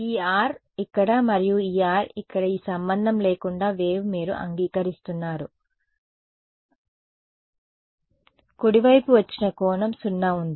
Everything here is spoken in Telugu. ఈ R ఇక్కడ మరియు ఈ R ఇక్కడ ఈ సంబంధం లేకుండా వేవ్ మీరు అంగీకరిస్తున్నారు కుడివైపు వచ్చిన కోణం 0 ఉంది